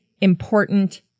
important